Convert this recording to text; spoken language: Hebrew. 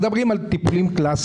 אנחנו מדברים על טיפולים קלסיים,